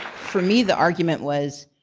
for me the argument was,